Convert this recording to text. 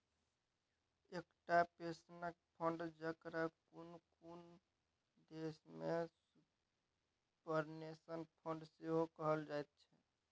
एकटा पेंशनक फंड, जकरा कुनु कुनु देश में सुपरनेशन फंड सेहो कहल जाइत छै